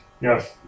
Yes